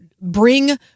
bring